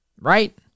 right